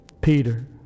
Peter